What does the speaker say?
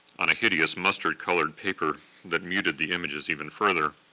on a hideous mustard colored paper that muted the images even further.